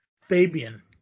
Fabian